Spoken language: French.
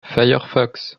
firefox